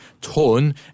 tone